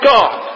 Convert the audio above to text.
God